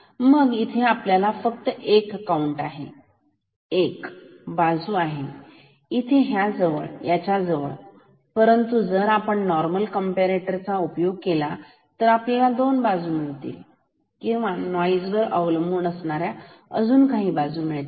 मग इथे आपल्याला फक्त एक काउंट आहे एक बाजू आहे इथे ह्या जवळ आणि याच्याजवळ परंतु जर आपण नॉर्मल कॅम्पारेटरचा उपयोग केला आपल्याला दोन बाजू मिळतील किंवा नोईस वर अवलंबून असणाऱ्या अजून काही बाजू मिळतील